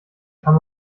kann